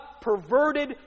perverted